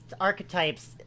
archetypes